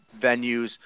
venues